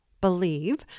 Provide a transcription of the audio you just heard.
believe